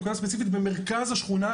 בנקודה ספציפית במרכז השכונה,